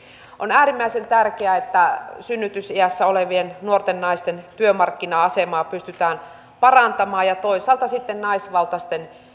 on äärimmäisen tärkeää että synnytysiässä olevien nuorten naisten työmarkkina asemaa pystytään parantamaan ja toisaalta sitten naisvaltaisten